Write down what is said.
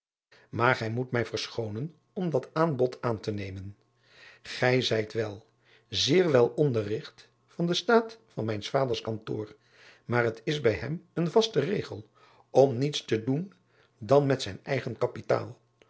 maar gij moet mij verschoonen om dat aanbod aantenemen ij zijt wel zeer wel onderrigt van den staat van mijns vaders kantoor maar het is bij hem een vaste regel om niets te doen dan met zijn eigen kapitaal